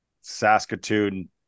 Saskatoon